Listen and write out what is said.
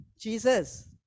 Jesus